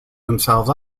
themselves